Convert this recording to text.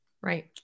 Right